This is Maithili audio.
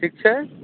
ठीक छै